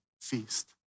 feast